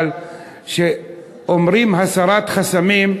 אבל כשאומרים "הסרת חסמים",